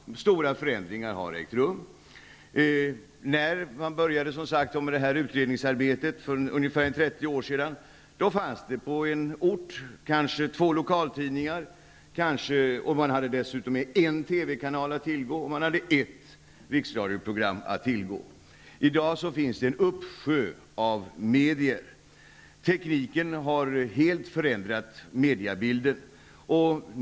Stora förändringar har ägt rum. När man som sagt påbörjade utredningsarbetet för ungefär 30 år sedan, fanns det på en ort kanske två lokaltidningar. Det fanns dessutom en TV-kanal och ett riksradioprogram att tillgå. I dag finns en uppsjö av medier. Tekniken har helt förändrat mediabilden.